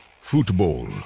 football